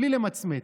בלי למצמץ.